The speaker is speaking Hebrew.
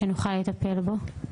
שנוכל לטפל בו?